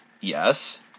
Yes